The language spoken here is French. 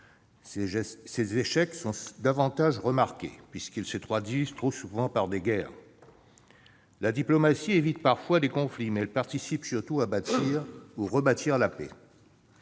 Ses échecs sont davantage remarqués puisqu'ils se traduisent trop souvent par des guerres. La diplomatie évite parfois les conflits, mais elle participe surtout à bâtir ou rebâtir la paix.